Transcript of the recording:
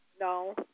No